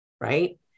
right